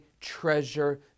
treasure